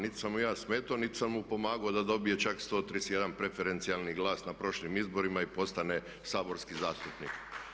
Niti sam mu ja smetao, nit sam mu pomagao da dobije čak 131 preferencijalni glas na prošlim izborima i postane saborski zastupnik.